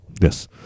yes